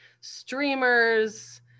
streamers